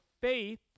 faith